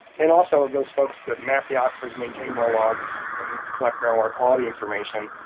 and also those folks that map the aquifers maintain well logs and collect groundwater quality information.